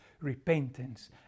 repentance